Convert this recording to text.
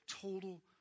total